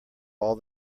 all